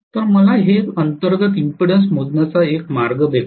तर हे मला अंतर्गत इंपीडन्स मोजण्याचा एक मार्ग देत आहे